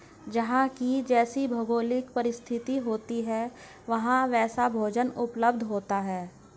जहां की जैसी भौगोलिक परिस्थिति होती है वहां वैसा भोजन उपलब्ध होता है